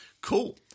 cool